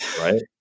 Right